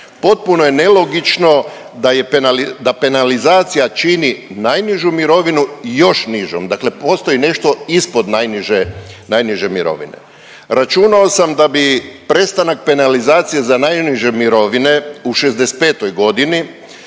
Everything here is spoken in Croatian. da je penali…, da penalizacija čini najnižu mirovinu još nižom, dakle postoji nešto ispod najniže, najniže mirovine. Računao sam da bi prestanak penalizacije za najniže mirovine u 65 godini